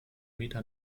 meter